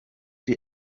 die